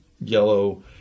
yellow